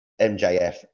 MJF